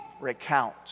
Recount